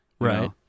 Right